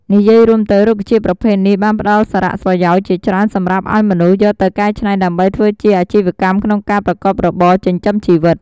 និយាយរួមទៅរុក្ខជាតិប្រភេទនេះបានផ្ដល់សារៈប្រយោជន៍ជាច្រើន សម្រាប់ឱ្យមនុស្ស យកទៅកែច្នៃដើម្បីធ្វើជាអាជីវកម្មក្នុងការប្រកបរបរចិញ្ចឹមជីវិត។